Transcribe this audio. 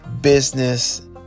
business